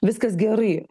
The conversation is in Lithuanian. viskas gerai